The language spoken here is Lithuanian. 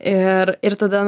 ir ir tada